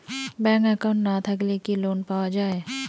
Bank account না থাকিলে কি লোন পাওয়া য়ায়?